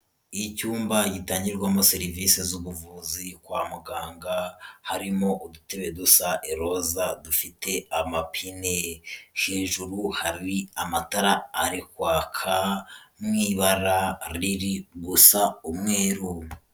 Icyumba gitangirwamo serivisi z'ubuvuzi kwa muganga, harimo udutebe dusa iroza dufite amapine, hejuru hari amatara ari kwaka mu ibara riri gusa umweru.